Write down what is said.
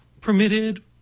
permitted